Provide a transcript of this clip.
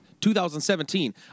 2017